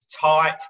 tight